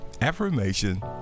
affirmation